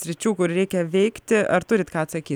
sričių kur reikia veikti ar turit ką atsakyt